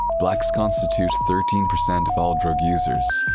blacks constitute thirteen percent of all drug users,